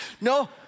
No